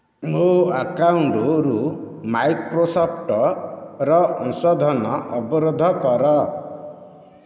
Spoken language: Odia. ମୋ ଆକାଉଣ୍ଟରୁ ମାଇକ୍ରୋସଫ୍ଟର ଅଂଶଧନ ଅବରୋଧ କର